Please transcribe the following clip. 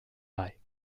eye